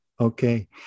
Okay